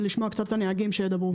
ולשמוע קצת את הנהגים שידברו.